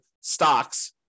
stocks